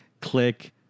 Click